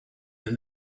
and